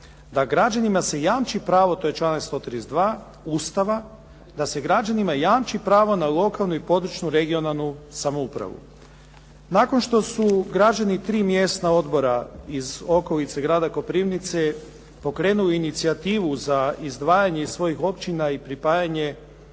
da građanima se jamči pravo, to je članak 132. Ustava, da se građanima jamči pravo na lokalnu i područnu (regionalnu) samoupravu. Nakon što su građani tri mjesna odbora iz okolice grada Koprivnice pokrenuli inicijativu za izdvajanje iz svojih općina i pripajanje